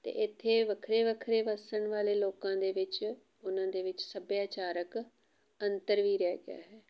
ਅਤੇ ਇੱਥੇ ਵੱਖਰੇ ਵੱਖਰੇ ਵਸਣ ਵਾਲੇ ਲੋਕਾਂ ਦੇ ਵਿੱਚ ਉਹਨਾਂ ਦੇ ਵਿੱਚ ਸੱਭਿਆਚਾਰਕ ਅੰਤਰ ਵੀ ਰਹਿ ਗਿਆ ਹੈ